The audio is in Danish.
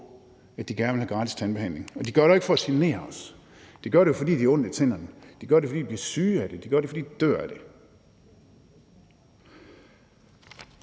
at de gerne vil have gratis tandbehandling, og de gør det jo ikke for at genere os. De gør det jo, fordi de har ondt i tænderne; de gør det, fordi de er syge af det; de gør det, fordi de dør af det.